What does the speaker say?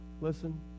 Listen